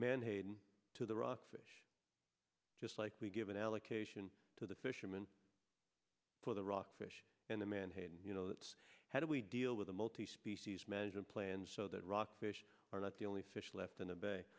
manhattan to the rockfish just like we give an allocation to the fishermen for the rock fish and the manhattan you know that's how do we deal with a multi species management plans so that rock fish are not the only fish left in the bay